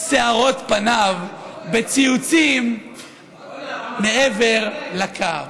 שערות פניו בציוצים מעבר לקו.